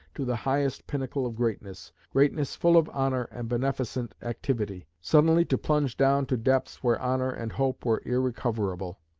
to the highest pinnacle of greatness greatness full of honour and beneficent activity suddenly to plunge down to depths where honour and hope were irrecoverable.